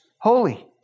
holy